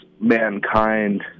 mankind